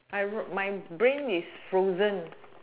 I wrote my brain is frozen